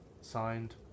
signed